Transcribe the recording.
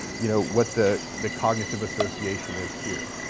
you know, what the the cognitive association is here.